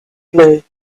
blue